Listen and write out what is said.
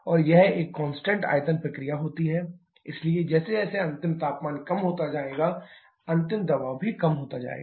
और यह एक कांस्टेंट आयतन प्रक्रिया है इसलिए जैसे जैसे अंतिम तापमान कम होता जाएगा अंतिम दबाव भी कम होता जाएगा